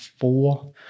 four